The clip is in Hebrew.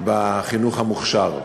בחינוך המוכש"ר.